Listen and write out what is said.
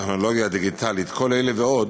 הטכנולוגיה הדיגיטלית, כל אלה ועוד